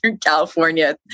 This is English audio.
California